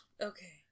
Okay